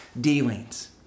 dealings